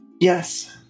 yes